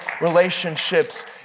relationships